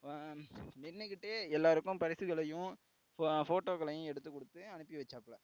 நின்று கிட்டே எல்லோருக்கும் பரிசுகளையும் ஃபோட்டோக்களையும் எடுத்துக் கொடுத்து அனுப்பி வச்சாப்ல